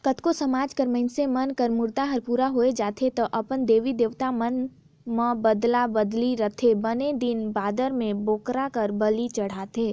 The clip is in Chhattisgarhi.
कतको समाज कर मइनसे मन कर मुराद हर पूरा होय जाथे त अपन देवी देवता मन म बदना बदे रहिथे बने दिन बादर म बोकरा कर बली चढ़ाथे